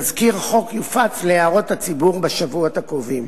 תזכיר החוק יופץ להערות הציבור בשבועות הקרובים.